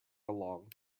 along